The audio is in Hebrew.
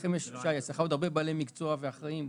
שי, יש אצלך עוד הרבה בעלי מקצוע ואחראים.